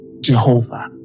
Jehovah